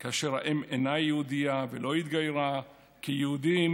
כאשר האם אינה יהודייה ולא התגיירה, כיהודים,